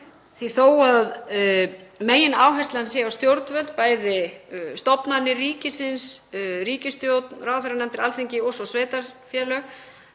því þó að megináherslan sé á stjórnvöld, bæði stofnanir ríkisins, ríkisstjórn, ráðherranefndir, Alþingi og svo sveitarfélög,